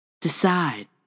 Decide